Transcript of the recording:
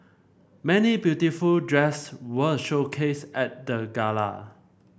many beautiful dress were showcased at the gala